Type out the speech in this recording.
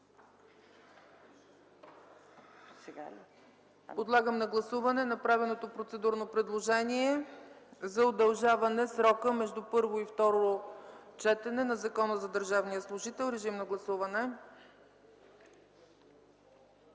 Подлагам на гласуване направеното процедурно предложение за удължаване срока за предложения между първо и второ четене на Закона за държавния служител. Гласували